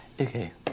Okay